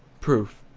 proof.